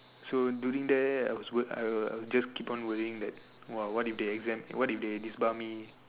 so during there I was worr~ I was was just I keep on worrying that !wow! what if they exempt what if they disbar me